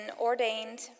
ordained